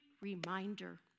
reminder